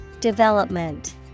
Development